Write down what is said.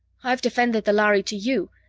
i've defended the lhari to you,